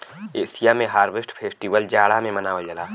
Asia में harvest festival जाड़ा में मनावल जाला